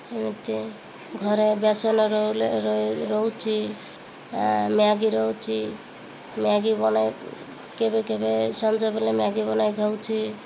ଏମିତି ଘରେ ବେସନ ରହୁଛି ମ୍ୟାଗି ରହୁଛିି ମ୍ୟାଗି ବନାଇ କେବେ କେବେ ସଞ୍ଜ ବେଳେ ମ୍ୟାଗି ବନାଇ ଖାଉଛି